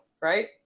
right